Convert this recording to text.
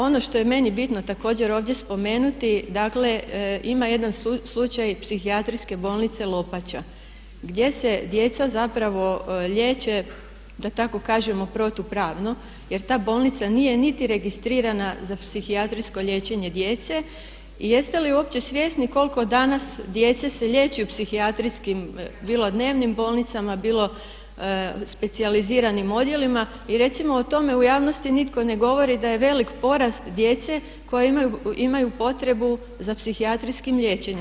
Ono što je meni bitno također ovdje spomenuti, dakle, ima jedan slučaj psihijatrijske bolnice Lopača gdje se djeca zapravo liječe da tako kažem protu pravno jer ta bolnica nije niti registrirana za psihijatrijsko liječenje djece i jeste li uopće svjesni koliko danas djece se liječi u psihijatrijskim bilo dnevnim bolnicama bilo specijaliziranim odjelima i recimo o tome u javnosti nitko ne govori da je veliki porast djece koja imaju potrebu za psihijatrijskim liječenjem.